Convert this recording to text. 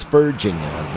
virginia